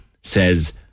says